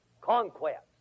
conquest